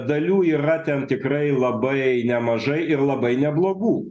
dalių yra ten tikrai labai nemažai ir labai neblogų